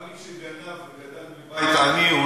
גם מי שגנב וגדל בבית עני הוא